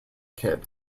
kid